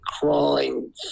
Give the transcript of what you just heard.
crawling